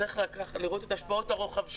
צריך לראות את השפעות הרוחב שלהן.